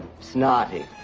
Snotty